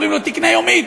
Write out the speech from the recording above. אומרים לו: תקנה יומית.